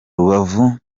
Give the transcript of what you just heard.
rubavu